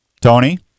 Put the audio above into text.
Tony